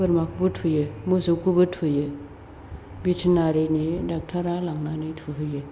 बोरमाखौबो थुयो मोसौखौबो थुयो भेटेनारिनि ड'क्टरखौ लांनानै थुहोयो